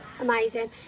amazing